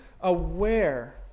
aware